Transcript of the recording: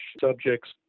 subjects